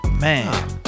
Man